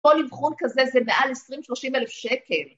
‫כל אבחון כזה זה מעל 20-30 אלף שקל.